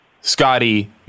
Scotty